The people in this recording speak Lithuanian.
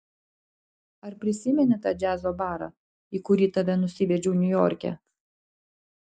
ar prisimeni tą džiazo barą į kurį tave nusivedžiau niujorke